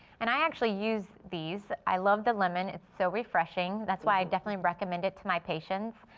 and i actually use these. i love the lemon. it's so refreshing. that's why i definitely recommend it to my patients.